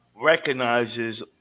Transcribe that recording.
recognizes